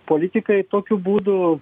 politikai tokiu būdu